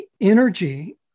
energy